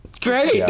Great